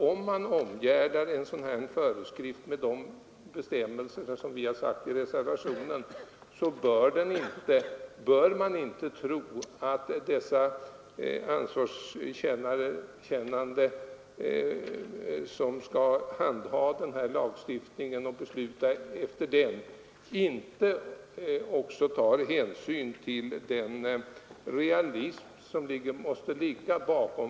Om man omgärdar en sådan här föreskrift med de bestämmelser som vi angivit i reservationen, finns det ingen anledning att tro att de ansvarskännande människor som skall fatta besluten inte också tar hänsyn till de realiteter det gäller.